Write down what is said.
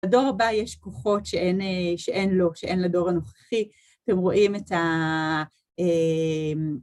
לדור הבא יש כוחות שאין לו, שאין לדור הנוכחי. אתם רואים את ה...